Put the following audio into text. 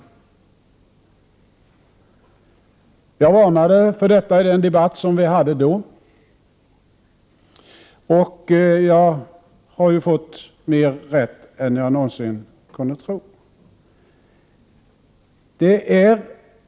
Jag varnade för detta i den debatt som vi hade då, och jag har fått mer rätt än jag någonsin kunde tro.